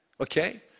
Okay